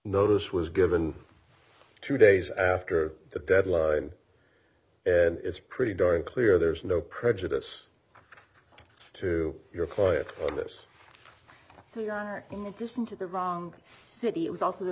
notice was given two days after the deadline and it's pretty darn clear there's no prejudice to your quiet on this so in addition to the wrong city it was also the